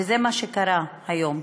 וזה מה שקרה היום.